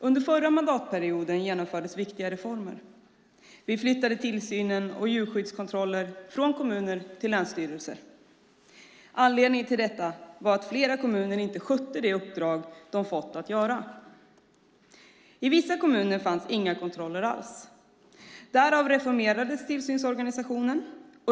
Under förra mandatperioden genomfördes viktiga reformer. Vi flyttade tillsynen och djurskyddskontrollen från kommuner till länsstyrelser. Anledningen till detta var att flera kommuner inte skötte det uppdrag de fått. I vissa kommuner fanns inga kontroller alls. Därför reformerades tillsynsorganisationen.